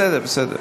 בסדר, בסדר.